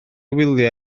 wyliau